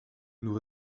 nous